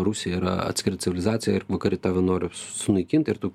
rusija yra atskira civilizacija ir vakarai tave nori sunaikinti ir tu